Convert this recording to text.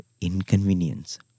inconvenience